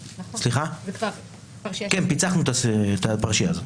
פיצחנו את הפרשיה הזאת.